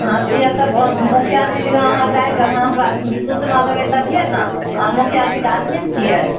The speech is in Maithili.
हँ तऽ इएह सब ओ मुखिया जी लेगा अहाँ जानि कऽ अहाँ हमरा सूचना देबे तभिये ने अहाँ मुखिया जीके आदमी ने छीयै